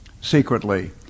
secretly